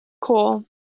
Cool